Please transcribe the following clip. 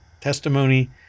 testimony